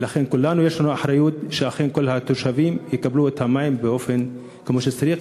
ולכן לכולנו יש אחריות שאכן כל התושבים יקבלו את המים כמו שצריך.